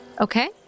Okay